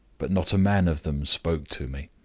but not a man of them spoke to me.